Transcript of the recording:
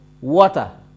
water